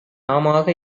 நாமாக